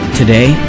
Today